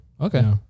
Okay